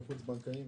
גופים חוץ בנקאיים?